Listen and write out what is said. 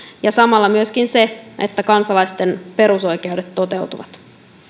ja samalla myöskin se että kansalaisten perusoikeudet toteutuvat